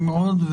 נעים מאוד.